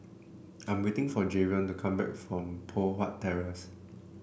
I'm waiting for Javion to come back from Poh Huat Terrace